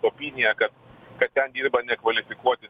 opiniją kad kad ten dirba nekvalifikuoti